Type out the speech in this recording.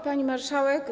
Pani Marszałek!